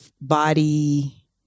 body